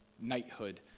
knighthood